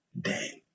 day